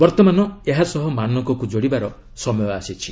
ବର୍ତ୍ତମାନ ଏହା ସହ ମାନକକୁ ଯୋଡ଼ିବାର ସମୟ ଆସିଛି